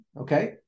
Okay